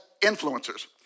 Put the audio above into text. influencers